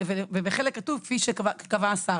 ובפעם אחרת כתוב "כפי שקבע השר",